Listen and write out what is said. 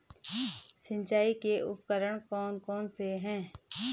सिंचाई के उपकरण कौन कौन से हैं?